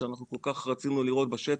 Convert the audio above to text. שכל כך רצינו לראות בשטח.